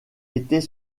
était